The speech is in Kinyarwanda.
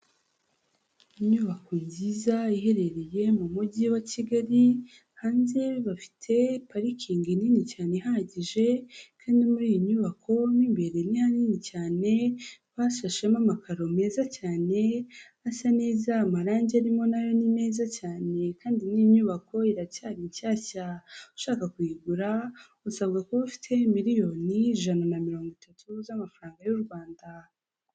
Inyubako nziza iherereye mu Mujyi wa Kigali, hanze bafite parikingi nini cyane ihagije kandi muri iyi nyubako mu imbere ni hanini cyane, bashashemo amakaro meza cyane asa neza, amarange arimo na yo ni meza cyane kandi n'iyi nyubako iracyari nshyashya, ushaka kuyigura usabwa kuba ufite miliyoni ijana na mirongo itatu z'amafaranga y'u Rwanda.